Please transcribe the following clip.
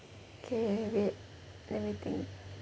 okay wait let me think